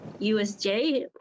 USJ